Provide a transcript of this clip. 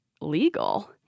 legal